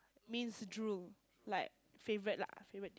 means drool like favourite lah favourite